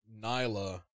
Nyla